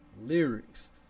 lyrics